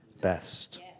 best